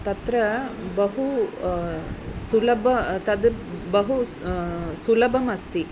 तत्र बहु सुलभं तद् बहु सुलभमस्ति